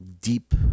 Deep